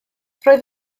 roedd